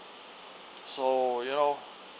so you know